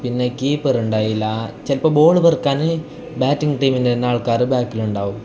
പിന്നെ കീപ്പർ ഉണ്ടായില്ല ചിലപ്പം ബോൾ പെറുക്കാൻ ബാറ്റിങ്ങ് ടീമിന്റെ തന്നെ ആൾക്കാർ ബാക്കിൽ ഉണ്ടാവും